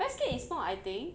westgate is not I think